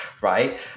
right